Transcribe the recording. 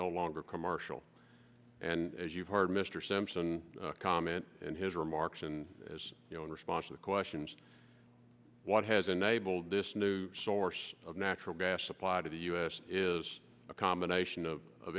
no longer commercial and as you've heard mr simpson comment in his remarks and as you know in response to questions what has enabled this new source of natural gas supply to the u s is a combination of